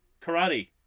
karate